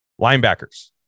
Linebackers